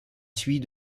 suivie